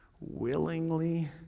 willingly